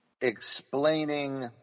explaining